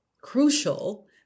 crucial